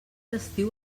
estiu